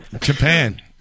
Japan